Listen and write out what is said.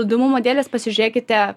įdomumo dėlės pasižiūrėkite